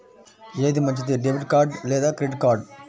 ఏది మంచిది, debit card లేదా క్రెడిట్ కార్డ్?